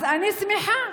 אז אני שמחה,